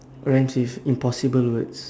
rhymes with impossible words